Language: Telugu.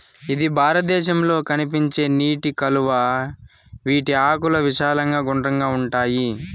ఇది భారతదేశంలో కనిపించే నీటి కలువ, వీటి ఆకులు విశాలంగా గుండ్రంగా ఉంటాయి